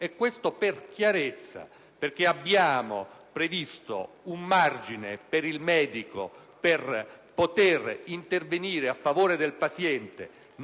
9. Questo per chiarezza, perché abbiamo previsto un margine per il medico per poter intervenire a favore del paziente